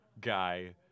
guy